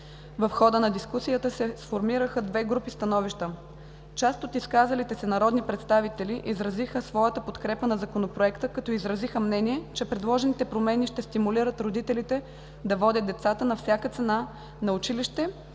В хода на дискусията се оформиха две групи становища. Част от изказалите се народни представители изразиха своята подкрепа за Законопроекта, като изразиха мнение, че предложените промени ще стимулират родителите да водят на всяка цена децата